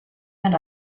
and